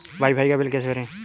Wi fi का bill कैसे भरें?